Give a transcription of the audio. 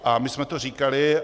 A my jsme to říkali.